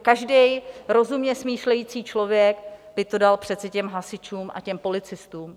Každý rozumně smýšlející člověk by to dal přece těm hasičům a těm policistům.